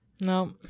No